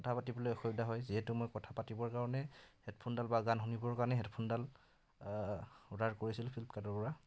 কথা পাতিবলৈ অসুবিধা হয় যিহেতু মই কথা পাতিবৰ কাৰণে হেডফোনডাল বা গান শুনিবৰ কাৰণে হেডফোনডাল অৰ্ডাৰ কৰিছিলোঁ ফ্লিপকাৰ্টৰ পৰা